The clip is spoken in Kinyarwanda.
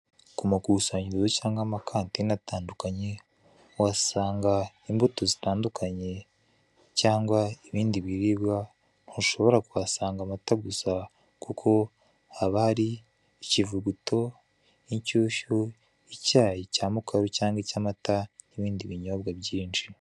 Ku makusanyirizo cyangwa amakantine atandukanye, uhasanga imbuto zitandukanye cyangwa ibindi biribwa, ntushobora kuhasanga amata gusa, kuko haba hari ikivuguto, inshyushyu, icyayi cya mukaru cyangwa icy'amata n'ibindi binyobwa byinshi.